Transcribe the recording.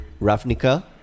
Ravnica